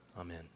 amen